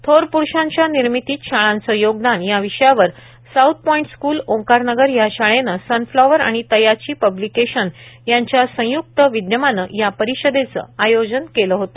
थोर पुरूषांच्या निर्मितीत शाळांचे योगदान या विषयावर साऊथ पाईंट स्कुल ओंकारनगर या शाळेने सनफ्लावर आणि तयाचि पब्लिकेशन यांच्या संय्क्त विद्यमाने या परिषदेचे आयोजन केले होते